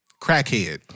Crackhead